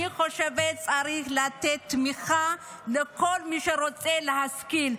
אני חושבת שצריך לתת תמיכה לכל מי שרוצה להשכיל.